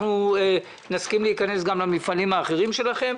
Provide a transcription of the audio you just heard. אנחנו נסכים להיכנס גם למפעלים האחרים שלכם.